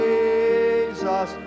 Jesus